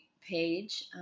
page